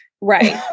Right